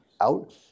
out